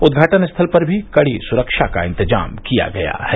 उद्घाटन स्थल पर भी कड़ी सुरक्षा का इंतजाम किया गया है